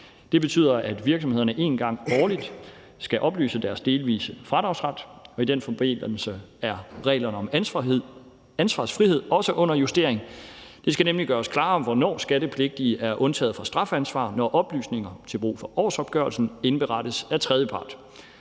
Det betyder, at virksomhederne en gang årligt skal oplyse deres delvise fradragsret, og i den forbindelse er reglerne om ansvarsfrihed også under justering. Det skal nemlig gøres klarere, hvornår skattepligtige er undtaget fra strafansvar, når oplysninger til brug for årsopgørelsen indberettes af tredjepart.